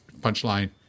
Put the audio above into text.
punchline